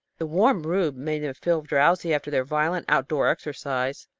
the warm room made them feel drowsy after their violent out-door exercise.